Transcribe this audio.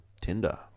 Tinder